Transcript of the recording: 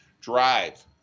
drive